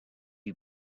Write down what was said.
you